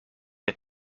der